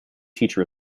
teacher